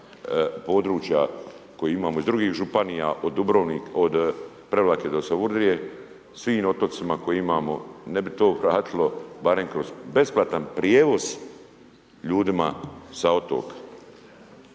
područja koje imamo iz drugih županija od Prevlake do Savudrije, svim otocima koje imamo ne bi to vratilo barem kroz besplatan prijevoz ljudima sa otoka?